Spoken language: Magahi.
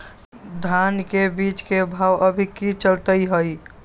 धान के बीज के भाव अभी की चलतई हई?